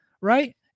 right